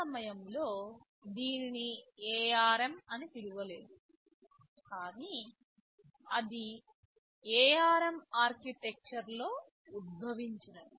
ఆ సమయంలో దీనిని ARM అని పిలవలేదు కానీ ఇది ARM ఆర్కిటెక్చర్లో ఉద్భవించినది